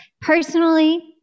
personally